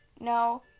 No